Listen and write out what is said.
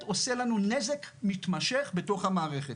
אלא זה באמת עושה לנו נזק מתמשך בתוך המערכת.